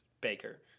Baker